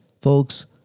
Folks